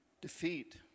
defeat